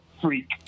freak